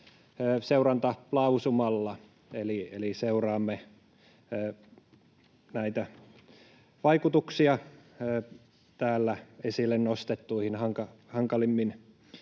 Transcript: seurantalausumalla eli seuraamme vaikutuksia täällä esille nostettuihin hankalimmin